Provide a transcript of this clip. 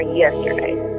yesterday